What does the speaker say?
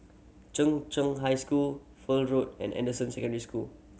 Cheng Cheng High School Fur Road and Anderson Secondary School